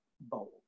bold